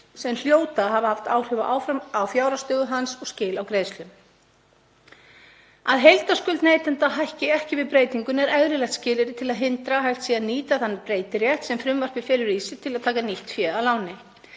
sem hljóti að hafa haft áhrif á fjárhagsstöðu hans og skil á greiðslum. Að heildarskuld neytenda hækki ekki við breytinguna er eðlilegt skilyrði til að hindra að hægt sé að nýta þann breytirétt sem frumvarpið felur í sér til að taka nýtt fé að láni.